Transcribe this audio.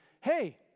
hey